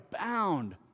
bound